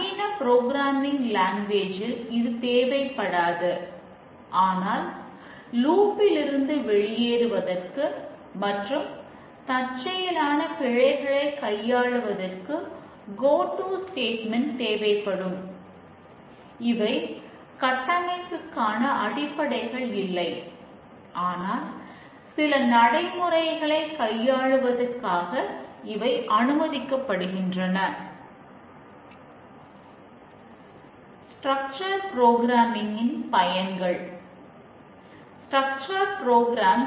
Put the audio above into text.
நாம் முதலில் யூனிட் டெஸ்டிங்கைப் செய்யாவிட்டால் ஒவ்வொரு பிழைக்கும் எந்தப் பகுதியில் சிக்கல் உள்ளது என்பதை கண்டுபிடித்து அதைப் பிழை திருத்தம் செய்து சரி செய்ய வேண்டும்